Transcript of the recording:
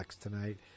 tonight